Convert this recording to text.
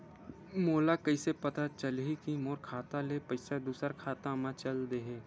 मोला कइसे पता चलही कि मोर खाता ले पईसा दूसरा खाता मा चल देहे?